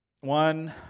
One